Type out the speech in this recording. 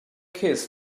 kiss